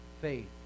faith